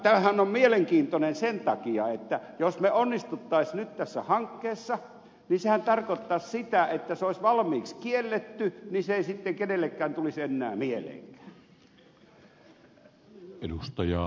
tämähän on mielenkiintoinen asia sen takia että jos me onnistuisimme nyt tässä hankkeessa niin sehän tarkoittaisi sitä että se olisi valmiiksi kielletty ja se ei sitten kenellekään tulisi enää mieleenkään